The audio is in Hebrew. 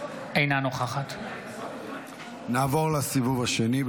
אינה נוכחת נעבור לסיבוב השני.